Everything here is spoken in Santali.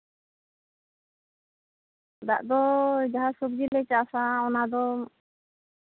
ᱫᱟᱜ ᱫᱚ ᱡᱟᱦᱟᱸ ᱥᱚᱵᱡᱤᱞᱮ ᱪᱟᱥᱟ ᱚᱱᱟ ᱫᱚ